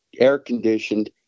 air-conditioned